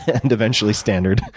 and eventually standard.